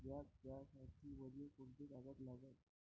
व्याज घ्यासाठी मले कोंते कागद लागन?